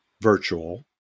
virtual